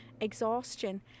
exhaustion